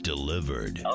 delivered